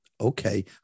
okay